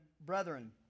Brethren